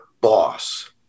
boss